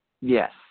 Yes